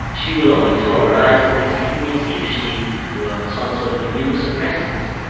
she will only tolerate these kidneys if she were on some sort of immunosuppressants.